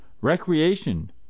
Recreation